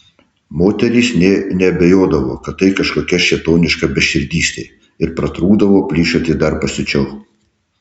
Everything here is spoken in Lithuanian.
moterys nė neabejodavo kad tai kažkokia šėtoniška beširdystė ir pratrūkdavo plyšoti dar pasiučiau